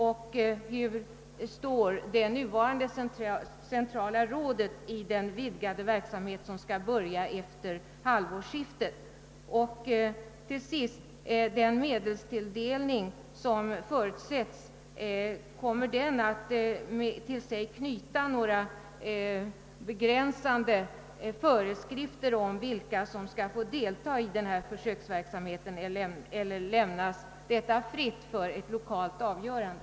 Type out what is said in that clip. Vilken ställning intar det nuvarande centrala rådet i den vidgade verksamhet som skall börja efter halvårsskiftet? Kommer den medelstilldelning som förutsättes att anknytas till några begränsande föreskrifter om vilka som skall få delta i försöksverksamheten eller lämnas detta fritt för ett lokalt avgörande?